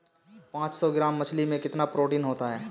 पांच सौ ग्राम मछली में कितना प्रोटीन होता है?